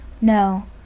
No